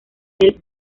del